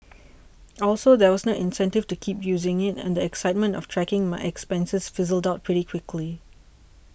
also there was no incentive to keep using it and the excitement of tracking my expenses fizzled out pretty quickly